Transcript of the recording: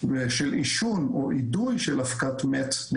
ושל עישון או אידוי של אבקת מת' נקייה,